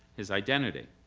his identity.